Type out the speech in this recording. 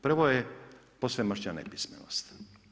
Prvo je posvemašna nepismenost.